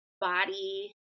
body